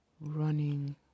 running